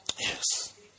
Yes